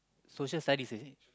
Social Studies is it